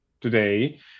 today